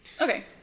Okay